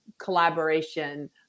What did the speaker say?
collaboration